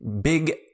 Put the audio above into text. big